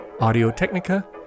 Audio-Technica